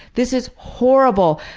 this is horrible.